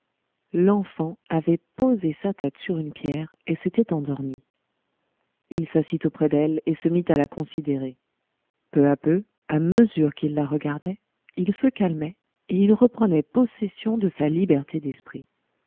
l'enfant avait posé sa tête sur une pierre et s'était endormie il s'assit auprès d'elle et se mit à la considérer peu à peu à mesure qu'il la regardait il se calmait et il reprenait possession de sa liberté d'esprit